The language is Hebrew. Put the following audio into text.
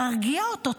תרגיע אותו,